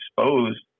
exposed